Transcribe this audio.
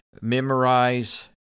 memorize